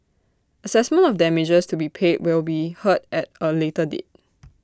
Assessment of damages to be paid will be heard at A later date